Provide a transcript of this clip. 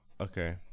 okay